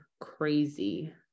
crazy